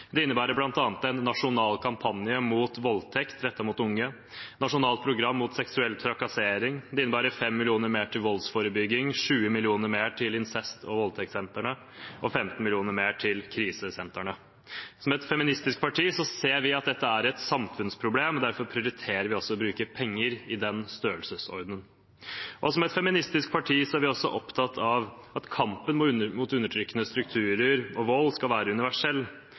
Det innebærer bl.a. en nasjonal kampanje mot voldtekt rettet mot unge, et nasjonalt program mot seksuell trakassering, 5 mill. kr mer til voldsforebygging, 20 mill. kr mer til incest- og voldtektssentrene og 15 mill. kr mer til krisesentrene. Som et feministisk parti ser vi at dette er en samfunnsproblem, og derfor prioriterer vi å bruke penger i den størrelsesorden. Som et feministisk parti er vi også opptatt av at kampen mot undertrykkende strukturer og vold skal være universell.